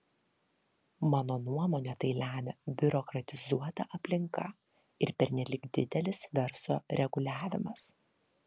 mano nuomone tai lemia biurokratizuota aplinka ir pernelyg didelis verslo reguliavimas